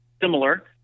similar